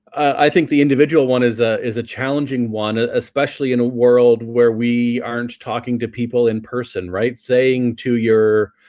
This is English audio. i think the individual one is ah is a challenging one especially in a world where we aren't talking to people in person right saying to your